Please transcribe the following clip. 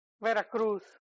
Veracruz